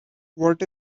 what